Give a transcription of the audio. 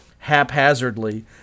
haphazardly